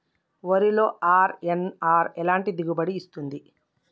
వరిలో అర్.ఎన్.ఆర్ ఎలాంటి దిగుబడి ఇస్తుంది?